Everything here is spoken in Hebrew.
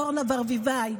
אורנה ברביבאי,